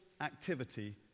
activity